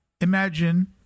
imagine